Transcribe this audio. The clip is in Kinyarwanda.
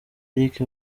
eric